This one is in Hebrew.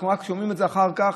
אנחנו רק שומעים את זה אחר כך: